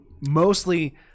Mostly